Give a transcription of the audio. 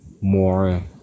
more